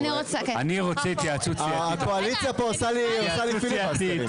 הקואליציה עושה לי פיליבסטר.